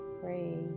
pray